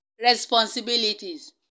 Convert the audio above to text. responsibilities